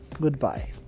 goodbye